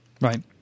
Right